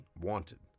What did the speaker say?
wanted